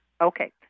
Okay